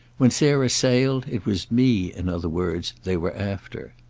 when sarah sailed it was me, in other words, they were after.